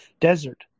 desert